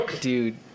dude